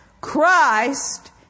Christ